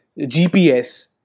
GPS